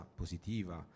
positiva